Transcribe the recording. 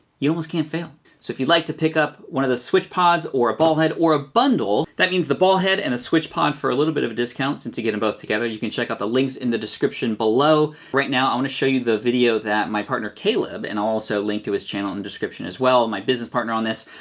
you almost can't fail. so if you'd like to pick up one of the switchpods or a ball head or a bundle, that means the ball head and the switchpod for a little bit of a discount since you get em both together, you can check out the links in the description below. below. right now, i wanna show you the video that my partner caleb, and i'll also link to his channel in the description as well, my business partner on this,